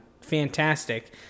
Fantastic